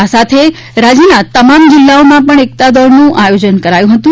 આ સાથે રાજ્યના તમામ જિલ્લાઓમાં પણ એકતા દોડનું આયોજન કરાયું હતું